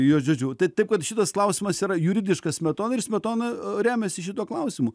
jo žodžiu tai taip kad šitas klausimas yra juridiškas smetonai ir smetona remiasi šituo klausimu